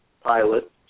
pilot